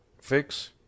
fix